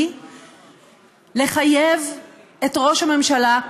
היא לחייב את ראש הממשלה,